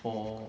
for